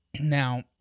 Now